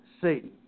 Satan